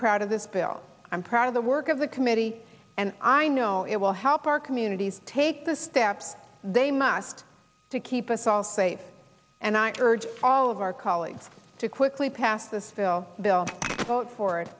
proud of this bill i'm proud of the work of the committee and i know it will help our communities take the steps they must to keep us all safe and i urge all of our colleagues to quickly pass this bill bill vote for it